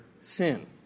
sin